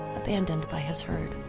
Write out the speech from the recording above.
abandoned by his herd.